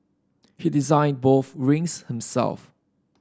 he designed both rings himself